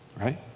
Right